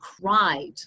cried